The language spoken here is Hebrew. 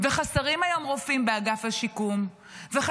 אדוני השר.